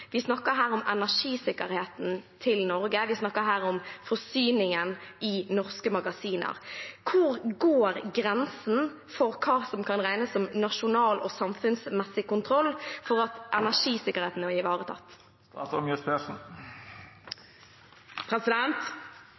Vi snakker her om energisikkerheten til Norge, vi snakker om forsyningen i norske magasiner. Hvor går grensen for hva som kan regnes som nasjonal og samfunnsmessig kontroll over at energisikkerheten blir ivaretatt?